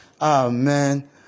Amen